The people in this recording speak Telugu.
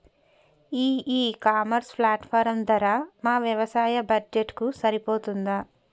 ఈ ఇ కామర్స్ ప్లాట్ఫారం ధర మా వ్యవసాయ బడ్జెట్ కు సరిపోతుందా?